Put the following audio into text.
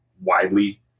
widely